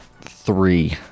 Three